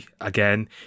again